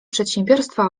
przedsiębiorstwa